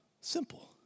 Simple